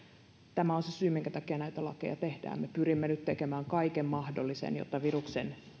tämä on se syy minkä takia näitä lakeja tehdään me pyrimme nyt tekemään kaiken mahdollisen jotta viruksen